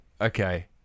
Okay